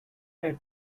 had